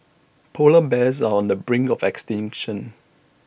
Polar Bears are on the brink of extinction